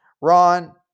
Ron